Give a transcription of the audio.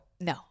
no